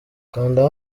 kanda